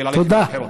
וללכת לבחירות.